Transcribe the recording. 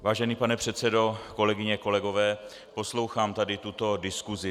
Vážený pane předsedo, kolegyně, kolegové, poslouchám tady tuto diskusi.